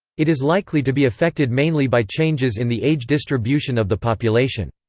it is likely to be affected mainly by changes in the age distribution of the population.